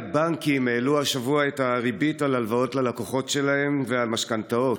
הבנקים העלו השבוע את הריבית על הלוואות ללקוחות שלהם ועל משכנתאות.